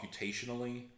computationally